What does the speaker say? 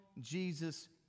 Jesus